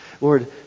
Lord